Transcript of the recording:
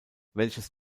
welches